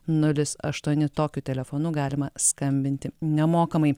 nulis aštuoni tokiu telefonu galima skambinti nemokamai